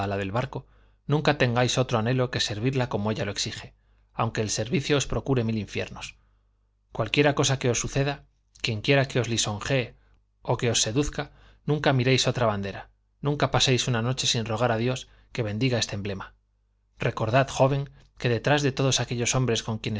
del barco nunca tengáis otro anhelo que servirla como ella lo exige aunque el servicio os procure mil infiernos cualquiera cosa que os suceda quienquiera que os lisonjee o que os seduzca nunca miréis otra bandera nunca paséis una noche sin rogar a dios que bendiga este emblema recordad joven que detrás de todos aquellos hombres con